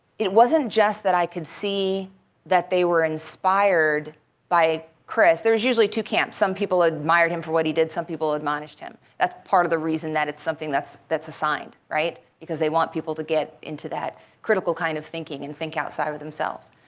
it wasn't just that i could see that they were inspired by chris. there's usually two camps, some people admired him for what he did, some people admonished him. that's part of the reason that it's something that's that's assigned, right, because they want people to get into that critical kind of thinking and think outside of themselves.